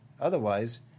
otherwise